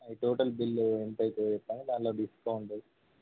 అ total bill ఎంతయితే చెప్పని దాలో డిస్కౌంట్